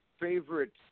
favorite